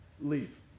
leave